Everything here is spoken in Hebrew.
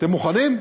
אתם מוכנים?